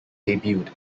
debuted